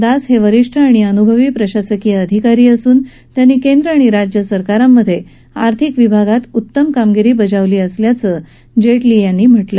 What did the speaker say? दास हे वरिष्ठ आणि अनुभवी प्रशासकीय अधिकारी असून त्यांनी केन्द्र आणि राज्य सरकारांमधे आर्थिक विभागात सर्वोत्तम कामगिरी बजावली असल्याचं जेटली म्हणाले